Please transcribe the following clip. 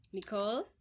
Nicole